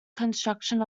construction